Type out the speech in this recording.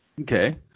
Okay